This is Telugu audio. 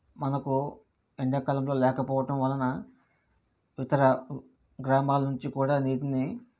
మనకు ఎండాకాలంలో లేకపోవటం వలన ఇతర గ్రామాల నుంచి కూడా నీటిని